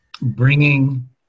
bringing